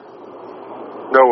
No